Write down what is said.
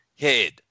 head